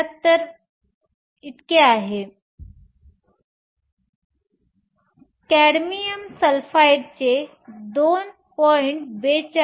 43 आहे cadmium sulphide 2